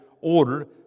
ordered